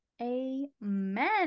Amen